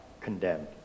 condemned